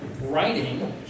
writing